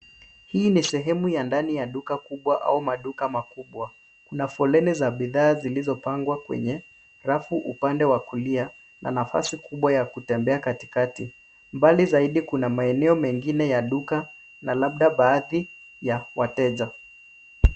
Hii ni sehemu ya ndani ya duka kubwa au maduka makubwa. Kuna foleni za bidhaa zilizopangwa kwenye rafu upande wa kulia, na nafasi kubwa ya kutembea katikati. Mbali zaidi, kuna maeneo mengine ya duka na labda baadhi ya wateja.